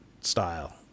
style